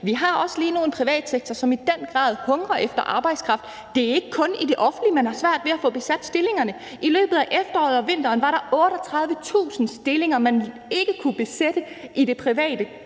man har også lige nu en privat sektor, som i den grad hungrer efter arbejdskraft. Det er ikke kun i det offentlige, man har svært ved at få besat stillingerne. I løbet af efteråret og vinteren var der 38.000 stillinger, man ikke kunne besætte i det private,